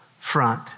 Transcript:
front